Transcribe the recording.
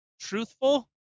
truthful